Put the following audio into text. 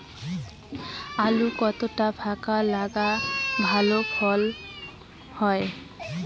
আলু কতটা ফাঁকা লাগে ভালো ফলন হয়?